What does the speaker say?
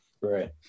Right